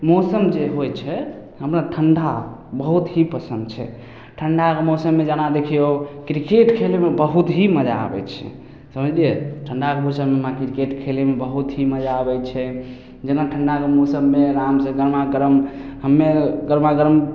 मौसम जे होइ छै हमरा ठण्ढा बहुत ही पसन्द छै ठण्ढाके मौसममे जेना देखियौ क्रिकेट खेलेमे बहुत ही मजा आबै छै समझलियै ठण्ढाके मौसममे हमरा क्रिकेट खेलेमे बहुत ही मजा आबै छै जेना ठण्ढाके मौसममे गरमा गरम हम्मे गरमा गरम